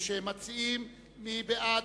מי בעד?